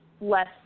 less